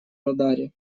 радаре